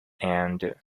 and